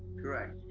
correct.